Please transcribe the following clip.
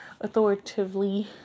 authoritatively